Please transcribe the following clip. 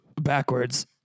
backwards